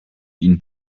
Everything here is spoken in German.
ihnen